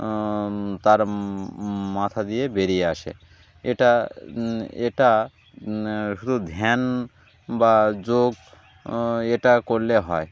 তার মাথা দিয়ে বেরিয়ে আসে এটা এটা শুধু ধ্যান বা যোগ এটা করলে হয়